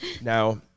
Now